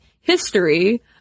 history